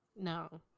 no